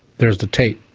there's the tape.